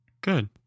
Good